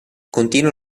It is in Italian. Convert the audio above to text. continua